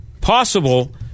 possible